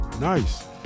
Nice